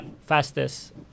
fastest